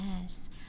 Yes